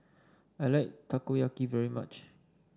I like Takoyaki very much